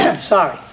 Sorry